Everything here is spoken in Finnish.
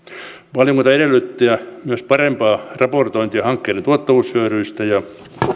valiokunta edellyttää myös parempaa raportointia hankkeiden tuottavuushyödyistä ja